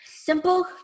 Simple